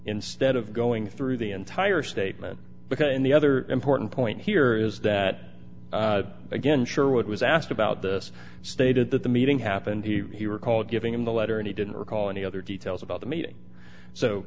instead of going through the entire statement because and the other important point here is that again sure what was asked about this stated that the meeting happened here he recalled giving him the letter and he didn't recall any other details about the meeting so